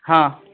हाँ